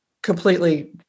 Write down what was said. completely